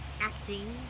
Acting